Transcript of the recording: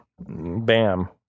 Bam